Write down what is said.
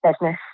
business